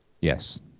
Yes